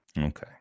Okay